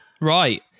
right